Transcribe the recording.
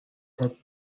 dead